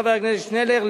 חבר הכנסת שנלר,